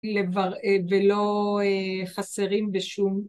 ולא חסרים בשום